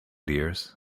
dears